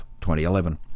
2011